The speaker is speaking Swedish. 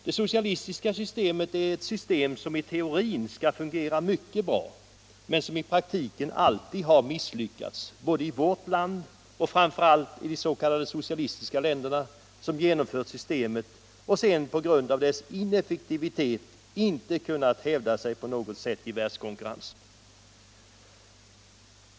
Det socialistiska systemet är ett system som i teorin skall fungera mycket bra men som i praktiken alltid har misslyckats, både i vårt land och framför allt i de s.k. socialistiska länderna, som genomfört systemet och sedan, på grund av dess ineffektivitet, inte kunnat hävda sig på något sätt i världskonkurrensen.